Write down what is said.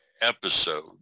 episode